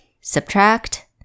subtract